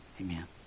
amen